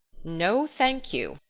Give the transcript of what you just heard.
no, thank you,